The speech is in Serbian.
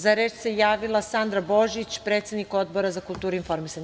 Za reč se javila Sandra Božić, predsednik Odbora za kulturu i informisanje.